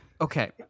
okay